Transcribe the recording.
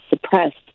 suppressed